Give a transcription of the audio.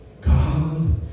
God